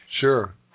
Sure